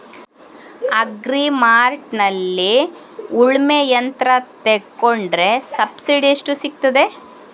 Agri ಮಾರ್ಟ್ನಲ್ಲಿ ಉಳ್ಮೆ ಯಂತ್ರ ತೆಕೊಂಡ್ರೆ ಸಬ್ಸಿಡಿ ಎಷ್ಟು ಸಿಕ್ತಾದೆ?